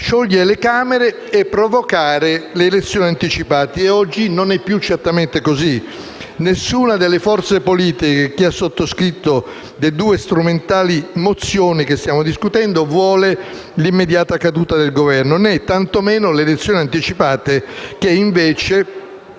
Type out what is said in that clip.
sciogliere le Camere e provocare le elezioni anticipate. Oggi non è più certamente così: nessuna delle forze politiche che ha sottoscritto le due strumentali mozioni che stiamo discutendo vuole l'immediata caduta del Governo, tantomeno le elezioni anticipate, che invece